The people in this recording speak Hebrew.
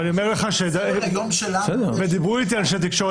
ואני רוצה לומר למשרד המשפטים שחוקים שהם יחסית פשוטים